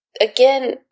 Again